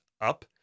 up